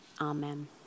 amen